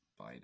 Biden